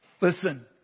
Listen